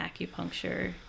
acupuncture